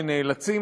ועדיין נאלצים,